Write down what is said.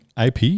ip